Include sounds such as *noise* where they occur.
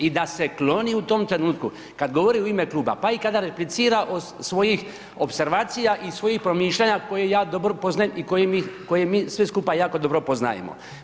I da se kloni u tom trenutku, kada govori u ime kluba pa kada i … *unintelligible* o svojim opservacija i svojih promišljanja, koje ja dobro poznajem i koje mi svi skupa jako dobro poznajemo.